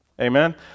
Amen